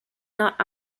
not